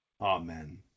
Amen